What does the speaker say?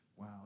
Wow